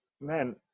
man